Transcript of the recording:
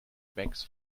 bags